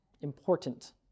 important